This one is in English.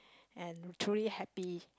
and truly happy